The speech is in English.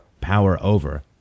power-over